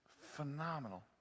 phenomenal